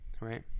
Right